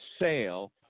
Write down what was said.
sale